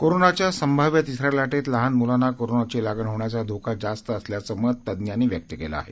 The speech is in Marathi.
कोरोनाच्या संभाव्य तिसऱ्या लाटेत लहान म्लांना कोरोनाची लागण होण्याचा धोका जास्त असल्याचं मत तज्ञांनी व्यक्त केलं आहे